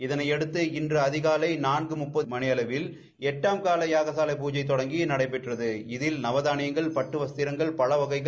இலதயடுத்து இன்று அதிகாலை நான்கு முப்பது மணியளவில் எட்டாம்கால யாகசாலை பூஜை தொடங்கி நடைபெற்றது இதில் நவதானியங்கள் பட்டுவஸ்கிரம் பழவகைகள்